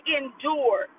endure